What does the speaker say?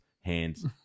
hands